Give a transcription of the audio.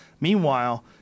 meanwhile